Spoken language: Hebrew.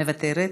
מוותרת,